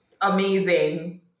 amazing